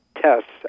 tests